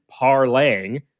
parlaying